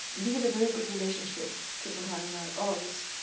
we had a very good relationship, kippenhahn and i, always.